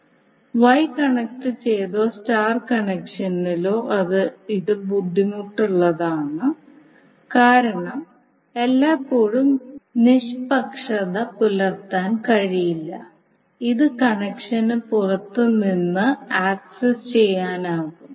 Y കണക്റ്റുചെയ്തതോ star കണഷനിലോ ആണ് ഇത് ബുദ്ധിമുട്ടുള്ളത് കാരണം എല്ലായ്പ്പോഴും നിഷ്പക്ഷത പുലർത്താൻ കഴിയില്ല ഇത് കണക്ഷന് പുറത്ത് നിന്ന് ആക്സസ് ചെയ്യാനാകും